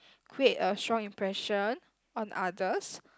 create a strong impression on others